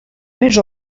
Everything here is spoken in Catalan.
més